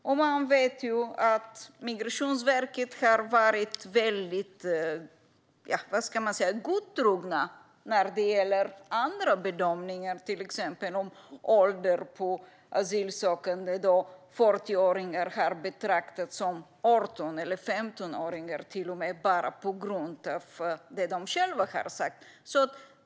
Vi vet att man på Migrationsverket har varit väldigt godtrogen när det gäller andra bedömningar, till exempel ålder på asylsökande då 40-åringar har betraktats som 18 eller till och med 15-åringar bara på grund av det som de själva har sagt.